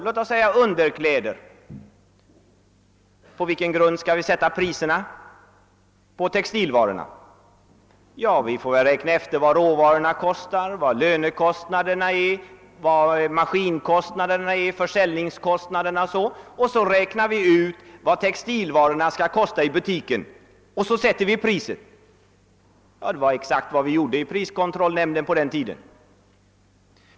På vilka grunder skulle vi sätta priserna på, låt mig säga underkläder? Ja, vi räknade efter vad råvarorna kostade, vad lönekostnaderna uppgick till, hur stora maskinkostnaderna och försäljningskostnaderna var osv. Vi kom då fram till vad varorna skulle kosta i butikerna och fastställde Priset.